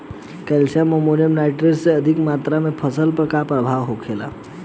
Calcium ammonium nitrate के अधिक मात्रा से फसल पर का प्रभाव होखेला?